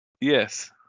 Yes